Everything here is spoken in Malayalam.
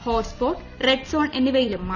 ഹോട്ട് സ്പോട്ട് റെഡ് സോൺ എന്നിവയിലും മാറ്റം